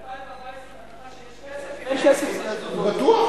ב-2014, בהנחה